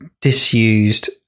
disused